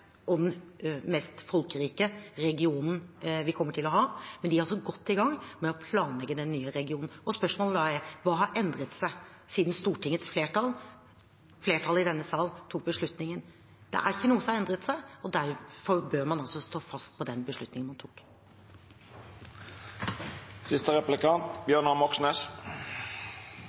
og den mest folkerike regionen vi kommer til å ha, og de er altså godt i gang med å planlegge den nye regionen. Spørsmålet er da: Hva har endret seg siden Stortingets flertall – flertallet i denne sal – tok beslutningen? Det er ikke noe som har endret seg. Derfor bør man stå fast på beslutningen